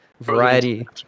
variety